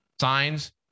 signs